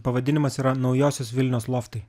pavadinimas yra naujosios vilnios loftai